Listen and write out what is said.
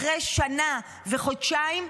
אחרי שנה וחודשיים,